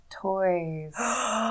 Toys